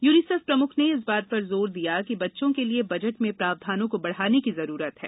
UNICEF प्रमुख ने इस बात पर जोर दिया कि बच्चों के लिये बजट में प्रावधानों को बढाने की जरुरत है